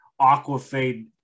aquafade